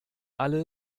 alle